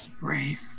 Right